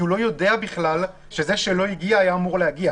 כי הוא לא יודע בכלל שזה שלא הגיע היה אמור להגיע.